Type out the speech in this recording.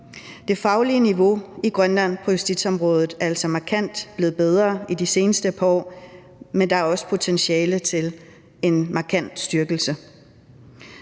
Det faglige niveau i Grønland på justitsområdet er altså blevet markant højere i de seneste par år, men der er også potentiale til en markant styrkelse.